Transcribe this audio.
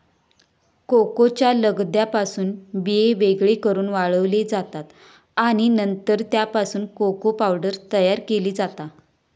कोकोच्या लगद्यापासून बिये वेगळे करून वाळवले जातत आणि नंतर त्यापासून कोको पावडर तयार केली जाता